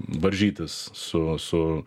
varžytis su su